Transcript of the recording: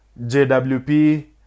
JWP